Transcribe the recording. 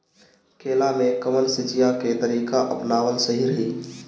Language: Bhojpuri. केला में कवन सिचीया के तरिका अपनावल सही रही?